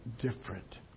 different